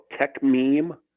TechMeme